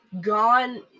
gone